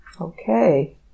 Okay